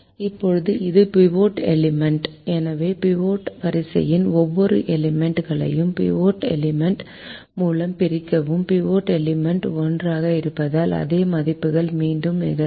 இப்போது இது pivot element எனவே பிவோட் வரிசையின் ஒவ்வொரு எலிமெண்ட் களையும் பிவோட் எலிமெண்ட் மூலம் பிரிக்கவும் பிவோட் எலிமெண்ட் 1 ஆக இருப்பதால் அதே மதிப்புகள் மீண்டும் நிகழும்